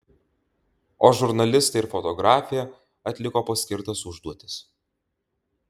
o žurnalistai ir fotografė atliko paskirtas užduotis